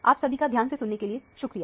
आप सभी का ध्यान से सुनने के लिए शुक्रिया